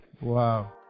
wow